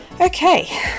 Okay